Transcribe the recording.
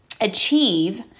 achieve